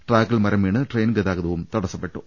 ട്രാക്കിൽ മരം വീണ് ട്രെയിൻ ഗതാഗ തവും തടസപ്പെട്ടു